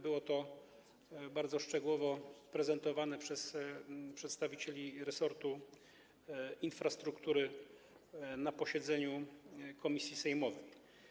Było to bardzo szczegółowo prezentowane przez przedstawicieli resortu infrastruktury na posiedzeniu komisji sejmowej.